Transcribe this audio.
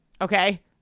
okay